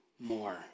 more